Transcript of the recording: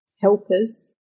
helpers